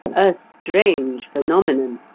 a strange phenomenon!